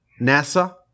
NASA